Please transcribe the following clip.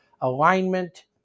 alignment